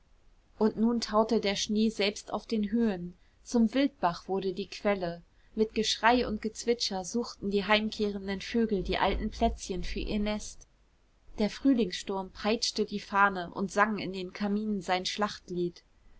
und nun taute der schnee selbst auf den höhen zum wildbach wurde die quelle mit geschrei und gezwitscher suchten die heimkehrenden vögel die alten plätzchen für ihr nest der frühlingssturm peitschte die fahne und sang in den kaminen sein schlachtlied